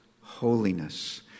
holiness